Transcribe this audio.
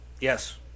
Yes